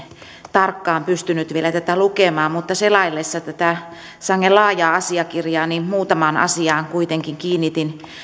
tarkkaan pystynyt vielä tätä lukemaan mutta selaillessani tätä sangen laajaa asiakirjaa muutamaan asiaan kuitenkin kiinnitin